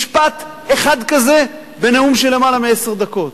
משפט אחד כזה בנאום של יותר מעשר דקות.